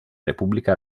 repubblica